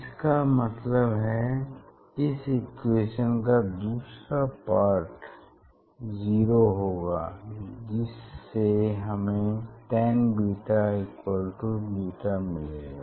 इसका मतलब इस इक्वेशन का दूसरा पार्ट जीरो होगा जिससे हमें tanββ मिलेगा